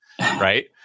right